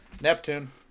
Neptune